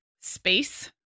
space